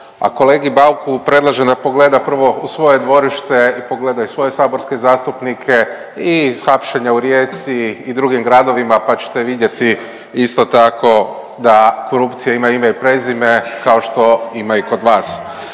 a kolegi Bauku predlažem da pogleda prvo u svoje dvorište i pogleda i svoje saborske zastupnike i hapšenja u Rijeci i drugim gradovima, pa ćete vidjeti isto tako da korupcija ima ime i prezime kao što ima i kod vas.